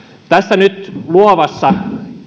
nyt tässä luovassa